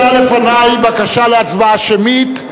לי בקשה להצבעה שמית,